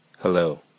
Hello